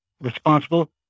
responsible